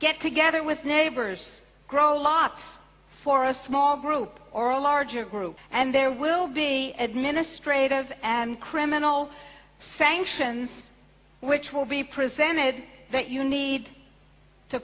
get together with neighbors grow a lot for a small group or a larger group and there will be administrative and criminal sanctions which will be presented that you need to